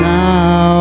now